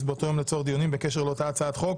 באותו יום לצורך דיונים בקשר לאותה הצעת חוק